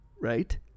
right